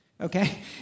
okay